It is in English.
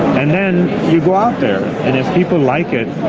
and then you go out there and if people like it,